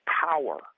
power